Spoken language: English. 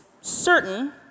certain